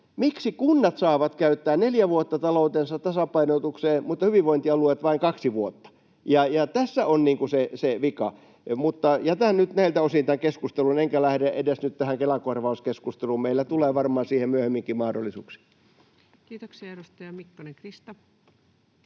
Miksi kunnat saavat käyttää neljä vuotta taloutensa tasapainotukseen mutta hyvinvointialueet vain kaksi vuotta? Tässä on se vika. Jätän nyt näiltä osin tämän keskustelun, enkä lähde edes nyt tähän Kela-korvauskeskusteluun. Meillä tulee varmaan siihen myöhemminkin mahdollisuuksia. [Speech 52] Speaker: